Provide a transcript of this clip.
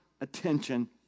attention